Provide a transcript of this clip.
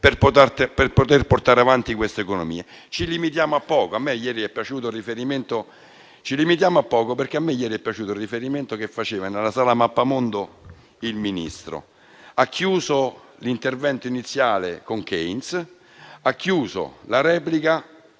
per portare avanti queste economie. Ci limitiamo a poco. A me ieri è piaciuto il riferimento che faceva nella Sala del Mappamondo il Ministro. Egli ha chiuso l'intervento iniziale con Keynes ed ha chiuso la replica